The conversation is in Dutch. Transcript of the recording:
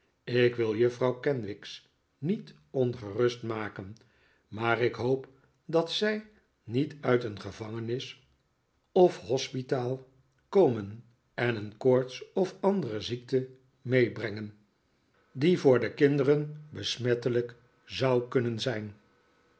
ik wil juffrouw kenwigs niet ongerust maken maar ik hoop dat zij niet uit een gevangenis of hospitaal komen en een koorts of andere ziekte meebrengen die voor de kinderen besmettenikolaas nickleby lijk zou kunn'en zijn